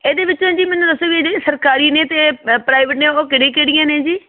ਇਹਦੇ ਵਿੱਚੋਂ ਜੀ ਮੈਨੂੰ ਦੱਸੋ ਵੀ ਇਹ ਜਿਹੜੇ ਸਰਕਾਰੀ ਨੇ ਅਤੇ ਅ ਪ੍ਰਾਈਵੇਟ ਨੇ ਉਹ ਕਿਹੜੀਆਂ ਕਿਹੜੀਆਂ ਨੇ ਜੀ